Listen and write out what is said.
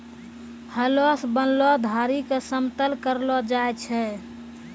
हलो सें बनलो धारी क समतल करलो जाय छै?